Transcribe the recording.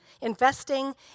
investing